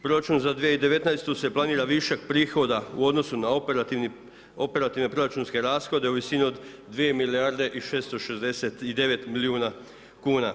Proračun za 2019.-tu se planira višak prihoda u odnosu na operativne proračunske rashode u visini od 2 milijarde i 669 milijuna kuna.